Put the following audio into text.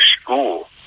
school